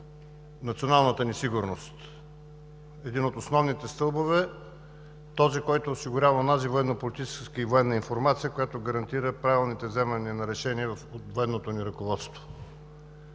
националната ни сигурност – един от основните стълбове, този, който осигурява онази военнополитическа и военна информация, която гарантира правилните вземания на решения във военното ни ръководство.